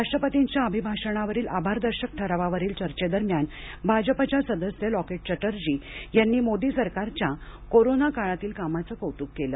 राष्ट्रपतींच्या अभिभाषणावरील आभारदर्शक ठरावावरील चर्चेदरम्यान भाजपच्या सदस्य लॉकेट चटर्जी यांनी मोदी सरकारच्या कोरोना काळातील कामाचं कौतुक केलं